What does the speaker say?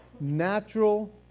natural